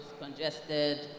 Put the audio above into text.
congested